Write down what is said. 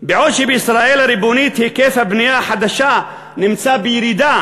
"בעוד שבישראל הריבונית היקף הבנייה החדשה נמצא בירידה"